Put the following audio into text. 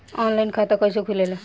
Online खाता कइसे खुलेला?